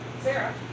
Sarah